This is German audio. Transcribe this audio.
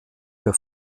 für